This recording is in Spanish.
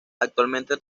actualmente